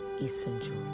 essential